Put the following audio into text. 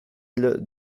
mille